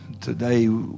today